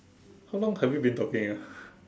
how long have you been talking ah